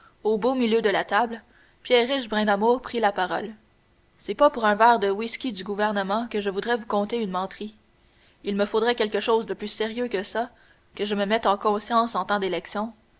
au beau milieu de la table pierriche brindamour prit la parole c'est pas pour un verre de whisky du gouvernement que je voudrais vous conter une menterie il me faudrait quelque chose de plus sérieux que ça que je me mette en conscience en temps d'élection